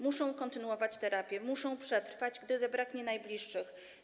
Muszą one kontynuować terapię, muszą przetrwać, gdy zabraknie najbliższych.